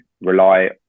rely